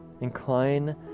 incline